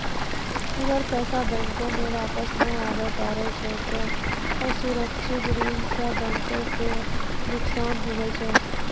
अगर पैसा बैंको मे वापस नै आबे पारै छै ते असुरक्षित ऋण सं बैंको के नुकसान हुवै छै